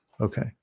Okay